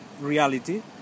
reality